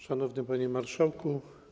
Szanowny Panie Marszałku!